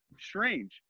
strange